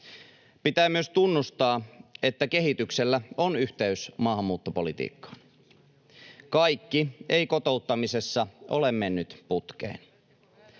Pitää myös tunnustaa, että kehityksellä on yhteys maahanmuuttopolitiikkaan. Kaikki ei kotouttamisessa ole mennyt putkeen.